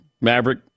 Maverick